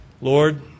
Lord